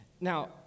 Now